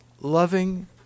loving